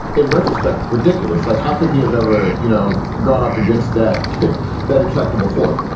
in retrospect, ridiculous, like how could he have ever, you know, gone up against that that intractable force?